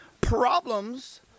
problems